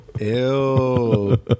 ew